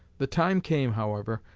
the time came, however,